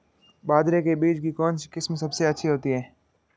बाजरे के बीज की कौनसी किस्म सबसे अच्छी होती है?